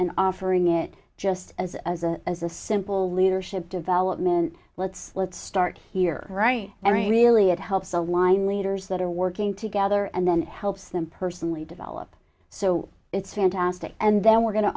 and offering it just as as a as a simple leadership development let's let's start here right i mean really it helps align leaders that are working together and then it helps them personally develop so it's fantastic and then we're going to